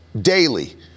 daily